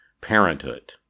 Parenthood